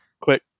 Click